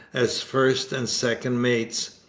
as first and second mates.